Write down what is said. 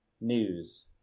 news